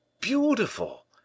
beautiful